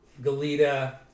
Galita